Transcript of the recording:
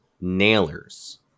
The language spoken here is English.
nailers